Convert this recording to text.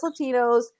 latinos